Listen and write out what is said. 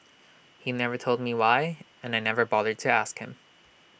he never told me why and I never bothered to ask him